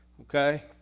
okay